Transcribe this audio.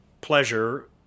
pleasure